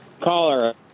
Caller